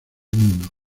mundo